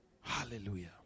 hallelujah